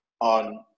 on